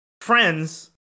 friends